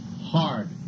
Hard